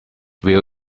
view